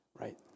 right